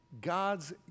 God's